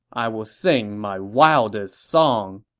i will sing my wildest song